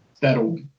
that'll